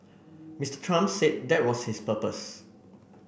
Mister Trump said that was his purpose